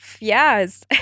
yes